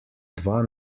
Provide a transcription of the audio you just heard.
dva